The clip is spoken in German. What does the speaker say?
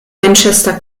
manchester